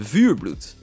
Vuurbloed